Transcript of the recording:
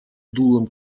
дулом